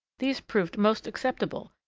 these proved most acceptable,